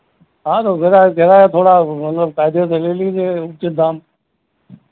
हाँ तो किराया किराया थोड़ा मतलब कायदे से ले लीजिए उचित दाम